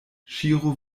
ŝiru